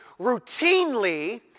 routinely